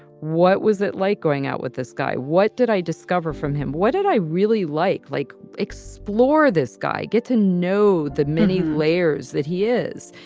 what was it like going out with this guy? what did i discover from him? what did i really like? like explore this guy, get to know the many layers that he is,